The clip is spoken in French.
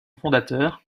fondateur